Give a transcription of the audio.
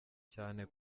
cyane